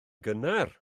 gynnar